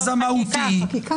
אני לא רוצה להוציא, בבקשה.